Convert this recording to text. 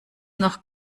noch